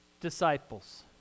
disciples